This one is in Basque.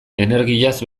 energiaz